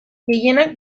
gehienak